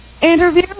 interview